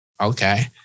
okay